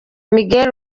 miguel